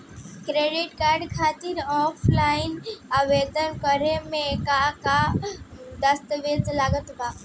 Credit card खातिर offline आवेदन करे म का का दस्तवेज लागत बा?